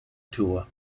tour